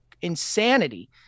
insanity